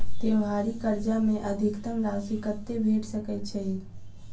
त्योहारी कर्जा मे अधिकतम राशि कत्ते भेट सकय छई?